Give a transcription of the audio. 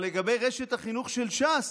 אבל לגבי רשת החינוך של ש"ס,